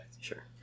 Sure